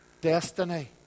destiny